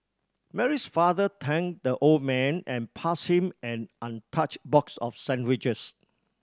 Mary's father thanked the old man and pass him an untouched box of sandwiches